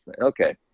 okay